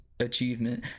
achievement